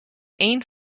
één